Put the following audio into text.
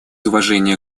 уважения